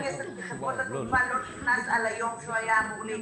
הנזק מחברות התעופה לא נכנס על היום שבו הוא היה אמור להיכנס.